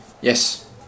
Yes